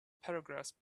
paragraphs